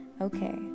okay